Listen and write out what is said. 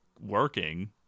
working